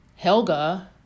Helga